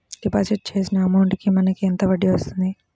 Deposit చేసిన amount కి మనకి ఎంత వడ్డీ వస్తుంది?